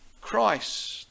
Christ